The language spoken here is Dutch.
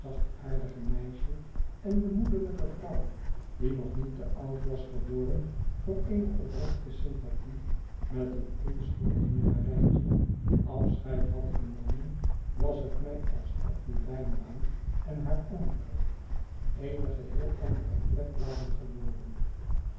zachtaardige meisje en de moederlijke vrouw die nog niet te oud was geworden voor eene oprechte sympathie met een onschuldig minnarijtje afscheid had genomen was het mij alsof die lijnbaan en haar omtrek eene geheel andere plek waren geworden